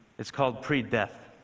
it's called pre-death.